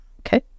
okay